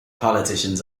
politicians